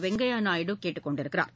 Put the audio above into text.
வெங்கையா நாயுடு கேட்டுக் கொண்டுள்ளார்